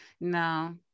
no